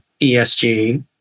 ESG